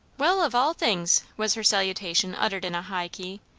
well, of all things! was her salutation uttered in a high key.